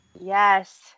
Yes